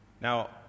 Now